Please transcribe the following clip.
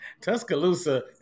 Tuscaloosa